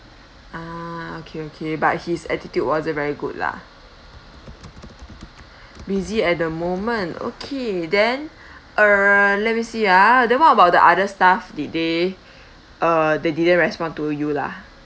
ah okay okay but his attitude wasn't very good lah busy at the moment okay then err let me see ah then what about the other staff did they uh they didn't respond to you lah